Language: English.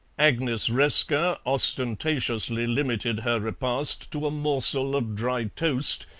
agnes resker ostentatiously limited her repast to a morsel of dry toast,